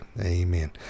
amen